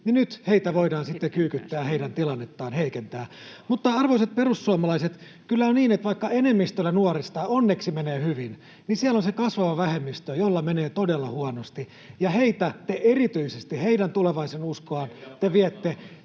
niin nyt heitä voidaan sitten kyykyttää, heidän tilannettaan heikentää. Mutta, arvoisat perussuomalaiset, kyllä on niin, että vaikka enemmistöllä nuorista onneksi menee hyvin, niin siellä on se kasvava vähemmistö, jolla menee todella huonosti, [Vilhelm Junnila: Ei pidä paikkaansa!] ja heiltä